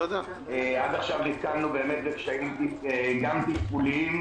עד כה נתקלנו בקשיים תפעוליים,